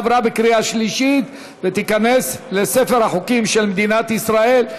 עברה בקריאה שלישית ותיכנס לספר החוקים של מדינת ישראל.